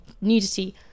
nudity